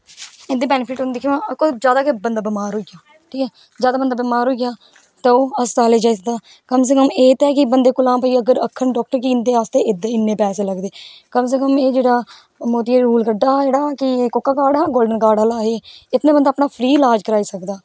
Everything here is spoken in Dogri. इंदे बैनिफिट होंदे कोई बंदा जादा गै बमार होई जा ठीक ऐ जा दा बंदा बनार होई जा तां ओह् हस्पताले गा जाई सकदा कम से कम एह् ते है बंदे कोल भाईआक्खन डाक्टर कि इंदे आस्तै इन्ने पैसे लगदे कम से कम एहे जेह्ड़ा मोदी नै रूल कड्डा दा जेह्का कि कोह्का कार्ड़ आह्ला गोल्डन कार्ड़ आह्ला एह् इस नै बंदा अपना फ्री इलाज़ कराई सकदा